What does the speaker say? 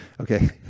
Okay